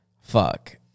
fuck